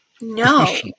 No